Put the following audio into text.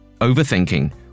Overthinking